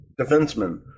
defenseman